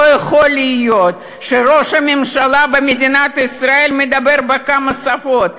לא יכול להיות שראש הממשלה במדינת ישראל מדבר בכמה שפות,